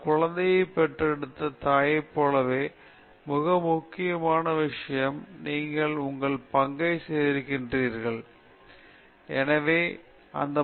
ஒரு குழந்தையை பெற்றெடுத்த தாயைப் போலவே மிக முக்கியமான விஷயம் நீங்கள் உங்கள் பங்கைச் செய்திருக்கிறீர்கள் அந்த குழந்தை வெளியே வந்துவிட்டது காகித வெளியே வந்துவிட்டது பின் ஏதாவது கண்டுபிடிப்போம் சில பொறிமுறையை கண்டுபிடிப்போம்